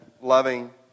loving